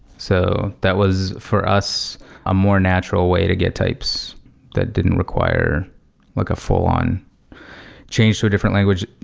so that was for us a more natural way to get types that didn't require like a full-on change to a different language.